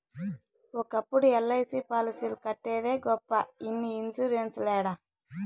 ఒకప్పుడు ఎల్.ఐ.సి పాలసీలు కట్టేదే గొప్ప ఇన్ని ఇన్సూరెన్స్ లేడ